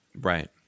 right